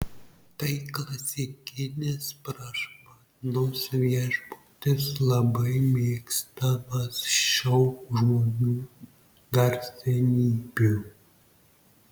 tai klasikinis prašmatnus viešbutis labai mėgstamas šou žmonių garsenybių